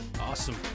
awesome